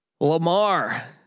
Lamar